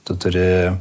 tu turi